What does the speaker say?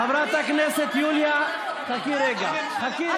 חברת הכנסת יוליה, חכי רגע.